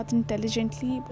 intelligently